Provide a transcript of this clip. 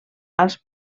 als